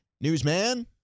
newsman